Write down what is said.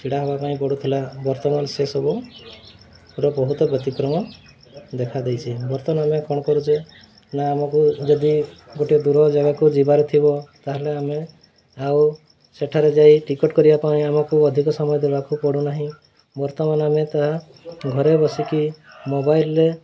ଛିଡ଼ା ହେବା ପାଇଁ ପଡ଼ୁଥିଲା ବର୍ତ୍ତମାନ ସେସବୁର ବହୁତ ବ୍ୟତିକ୍ରମ ଦେଖା ଦେଇଛି ବର୍ତ୍ତମାନ ଆମେ କ'ଣ କରୁଛେ ନା ଆମକୁ ଯଦି ଗୋଟିଏ ଦୂର ଜାଗାକୁ ଯିବାର ଥିବ ତା'ହେଲେ ଆମେ ଆଉ ସେଠାରେ ଯାଇ ଟିକେଟ୍ କରିବା ପାଇଁ ଆମକୁ ଅଧିକ ସମୟ ଦେବାକୁ ପଡ଼ୁନାହିଁ ବର୍ତ୍ତମାନ ଆମେ ତାହା ଘରେ ବସିକି ମୋବାଇଲ୍ରେ